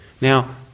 Now